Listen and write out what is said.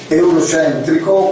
eurocentrico